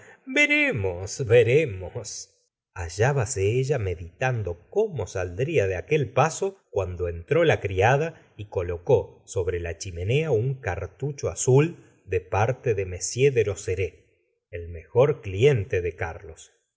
veremos veremos hallábase ella meditando cómo saldría de aquel paso cuando entró la criada y colocó sobre la chimenea un cartucho azul de parte de m derozerays el mejor cliente de carlos